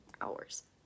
hours